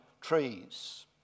trees